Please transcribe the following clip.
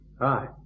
hi